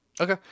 Okay